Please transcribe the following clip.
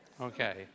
Okay